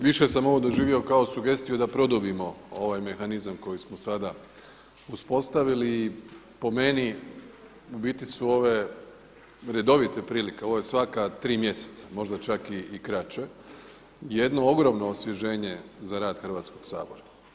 Više sam ovo doživio kao sugestiju da produbimo ovaj mehanizam koji smo sada uspostavili i po meni u biti su ove redovite prilike, ovo je svaka tri mjeseca možda čak i kraće, jedno ogromno osvježenje za rad Hrvatskoga sabora.